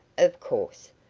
of course.